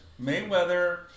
Mayweather